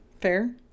Fair